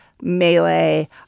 melee